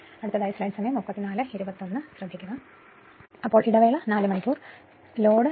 അതിനാൽ ഇടവേള നാല് 4 മണിക്കൂർ ലോഡ് ഇല്ല